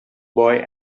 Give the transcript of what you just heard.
boy